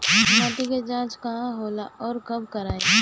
माटी क जांच कहाँ होला अउर कब कराई?